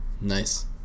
Nice